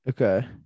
Okay